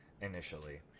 initially